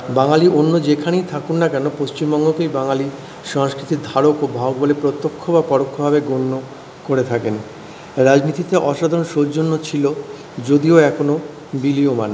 বাঙালি অন্য যেখানেই থাকুন না কেন পশ্চিমবঙ্গকেই বাঙালি সংস্কৃতির ধারক ও বাহক বলে প্রত্যক্ষ বা পরোক্ষভাবে গণ্য করে থাকেন রাজনীতিতে অসাধারণ সৌজন্য ছিল যদিও এখনো বিলীয়মান